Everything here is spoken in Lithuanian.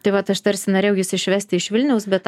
tai vat aš tarsi norėjau jus išvesti iš vilniaus bet